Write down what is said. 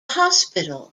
hospital